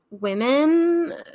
women